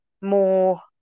more